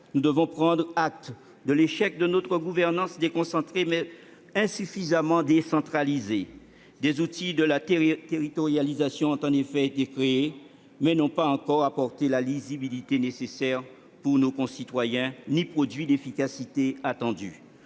Nous devons prendre acte de l'échec de notre gouvernance déconcentrée, mais insuffisamment décentralisée. Des outils de la territorialisation ont en effet été créés, mais n'ont pas encore apporté la lisibilité nécessaire pour nos concitoyens ni produit l'efficacité attendue.